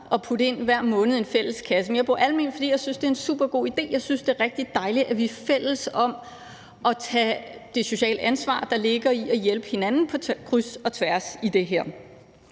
at putte ind hver måned i en fælles kasse, men jeg bor alment, fordi jeg synes, det er en supergod idé. Jeg synes, det er rigtig dejligt, at vi er fælles om at tage det sociale ansvar, der ligger i at hjælpe hinanden på kryds og tværs i det her.